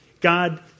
God